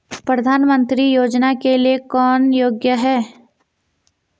प्रधानमंत्री योजना के लिए कौन योग्य है?